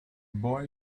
boy